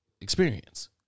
experience